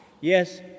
Yes